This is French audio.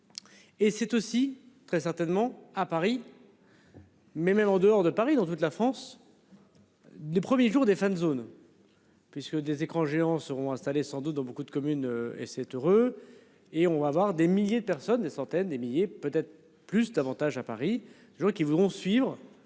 Et c'est aussi très certainement à Paris. Mais même en dehors de Paris dans toute la France. Des premiers jour des fans zones. Des écrans géants seront installés sans doute dans beaucoup de communes et c'est heures et on va voir des milliers de personnes des centaines et milliers peut-être plus d'avantage à Paris je vois qui voudront suivre